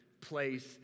place